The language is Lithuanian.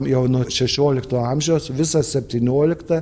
jau nuo šešiolikto amžiaus visą septynioliktą